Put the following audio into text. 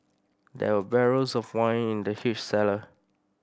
there were barrels of wine in the huge cellar